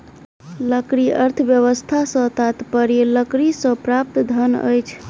लकड़ी अर्थव्यवस्था सॅ तात्पर्य लकड़ीसँ प्राप्त धन अछि